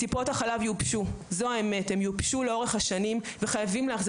טיפות החלב יובשו לאורך השנים וחייבים להחזיר